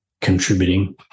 contributing